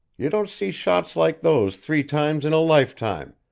you don't see shots like those three times in a lifetime,